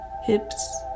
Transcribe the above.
hips